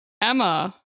emma